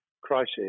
crisis